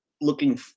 looking